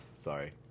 Sorry